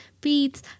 beats